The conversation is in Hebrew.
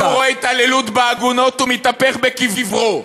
כשהוא רואה התעללות בעגונות הוא מתהפך בקברו,